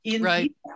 Right